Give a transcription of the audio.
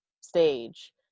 stage